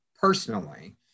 personally